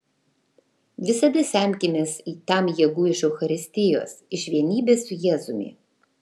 visada semkimės tam jėgų iš eucharistijos iš vienybės su jėzumi